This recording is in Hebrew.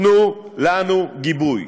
תנו לנו גיבוי.